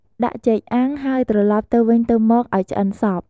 ដាក់ចេកអាំង ហើយត្រឡប់ទៅវិញទៅមកឱ្យឆ្អិនសព្វ។